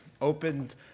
opened